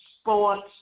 sports